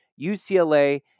UCLA